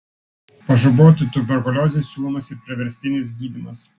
pažaboti tuberkuliozei siūlomas ir priverstinis gydymas